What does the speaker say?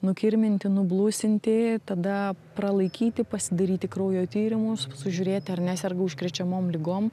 nukirminti nublusinti tada pralaikyti pasidaryti kraujo tyrimus sužiūrėti ar neserga užkrečiamom ligom